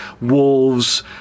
wolves